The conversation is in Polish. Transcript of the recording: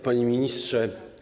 Panie Ministrze!